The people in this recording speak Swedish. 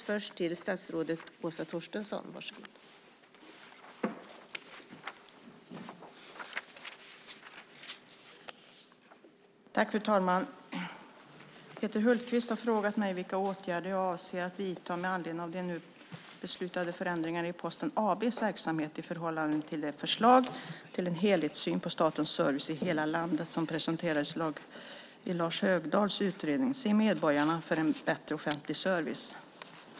Fru talman! Peter Hultqvist har frågat mig vilka åtgärder jag avser att vidta med anledning av de nu beslutade förändringarna i Posten AB:s verksamhet i förhållande till de förslag till en helhetssyn på statens service i hela landet som presenteras i Lars Högdahls utredning Se medborgarna - för bättre offentlig service .